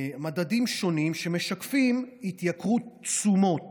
מדדים שונים שמשקפים התייקרות תשומות